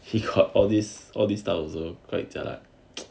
he got all this all this stuff also quite jialat